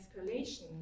escalation